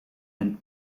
and